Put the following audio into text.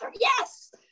yes